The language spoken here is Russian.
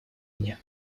мне